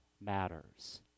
matters